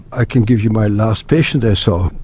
i can give you my last patient i saw,